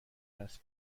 دست